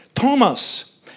Thomas